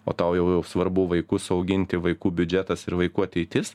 o tau jau jau svarbu vaikus auginti vaikų biudžetas ir vaikų ateitis